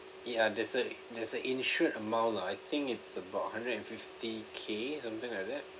ya there's a there's a insured amount lah I think it's about hundred and fifty K something like that